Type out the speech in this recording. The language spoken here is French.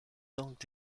donc